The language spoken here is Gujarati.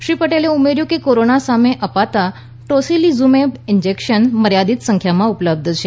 શ્રી પટેલે ઉમેર્યૂં કે કોરોના સામે અપાતા ટોસિલિઝમેબ ઈન્જેક્શન મર્યાદિત સંખ્યામાં ઉપલબ્ધ છે